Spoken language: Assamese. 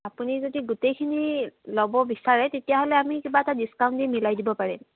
আপুনি যদি গোটেইখিনি ল'ব বিচাৰে তেতিয়া হ'লে আমি কিবা এটা ডিচকাউণ্ট দি মিলাই দিব পাৰিম